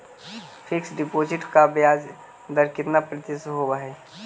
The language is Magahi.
फिक्स डिपॉजिट का ब्याज दर कितना प्रतिशत होब है?